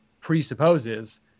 presupposes